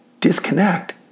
disconnect